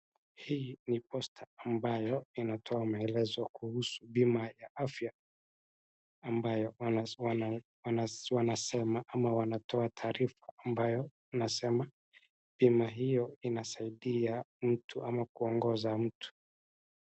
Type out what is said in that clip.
Hii ni posta ambayo inatoa maelezo kuhusu bima ya afya ambayo wana wanasema ama wanatoa taarifa ambayo inasema bima hiyo inasaidia mtu ama kuongoza mtu.